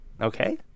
Okay